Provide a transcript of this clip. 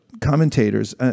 Commentators